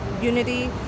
unity